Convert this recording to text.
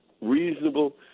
reasonable